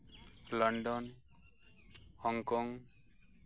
London Hong Kong